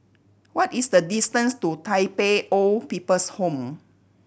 what is the distance to Tai Pei Old People's Home